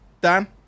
Dan